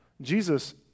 Jesus